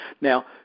Now